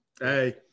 hey